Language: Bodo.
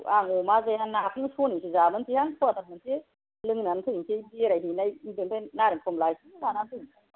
औ आं अमा जाया नाखौनो सनैसो जाबोनोसै आं क्वाटार मोनसे लोंनानै फैनोसै बेरायहैनाय बेनिफ्राय नारेंखमला एसे लानानै फैनोसै आं होनबालाय